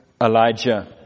Elijah